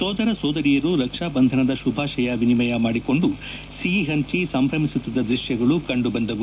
ಸೋದರ ಸೋದರಿಯರು ರಕ್ಷಾ ಬಂಧನದ ಶುಭಾಶಯ ವಿನಿಮಯ ಮಾಡಿಕೊಂಡು ಸಿಹಿ ಹಂಚಿ ಸಂಭ್ರಮಿಸುತ್ತಿದ್ದ ದೃಶ್ಠಗಳು ಕಂಡುಬಂದವು